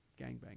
gangbang